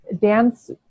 dance